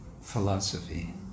philosophy